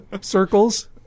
circles